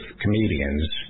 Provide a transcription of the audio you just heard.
comedians